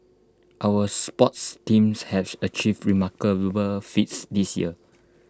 our sports teams have achieved remarkable feats this year